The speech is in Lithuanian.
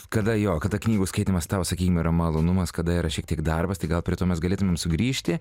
kada jo kad knygų skaitymas sakykim yra malonumas kada yra šiek tiek darbas tai gal prie to mes galėtumėm sugrįžti